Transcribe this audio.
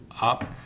up